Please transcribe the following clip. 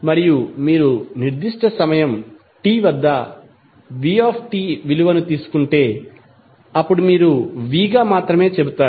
మరియు మీరు నిర్దిష్ట సమయం t వద్ద vtవిలువను తీసుకుంటే అప్పుడు మీరు v గా మాత్రమే చెబుతారు